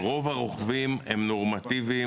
רוב הרוכבים הם נורמטיביים.